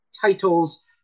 titles